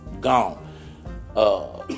gone